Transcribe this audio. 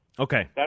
Okay